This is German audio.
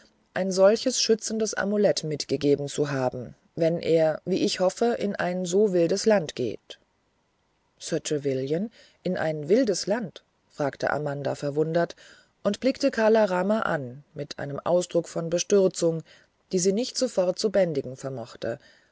ein solches schützendes amulett mitgegeben zu haben wenn er wie ich hoffe in ein so wildes land geht sir trevelyan in ein wildes land fragte amanda verwundert und blickte kala rama an mit einem ausdruck von bestürzung die sie nicht sofort zu bändigen vermochte